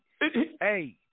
Hey